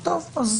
טוב, אז